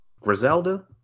Griselda